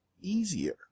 easier